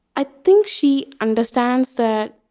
i think she understands that